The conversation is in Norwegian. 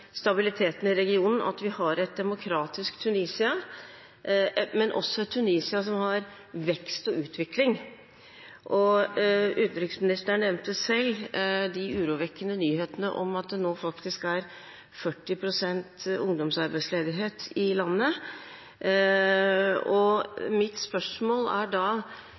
stabiliteten i regionen at vi har et demokratisk Tunisia, men også et Tunisia som har vekst og utvikling. Utenriksministeren nevnte selv de urovekkende nyhetene om at det nå faktisk er 40 pst. ungdomsarbeidsledighet i landet. Mitt spørsmål er da: